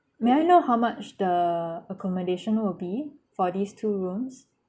may I know how much the accommodation will be for these two rooms